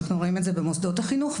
אנחנו רואים את זה במוסדות החינוך,